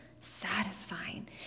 satisfying